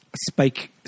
spike